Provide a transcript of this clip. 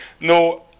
no